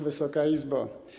Wysoka Izbo!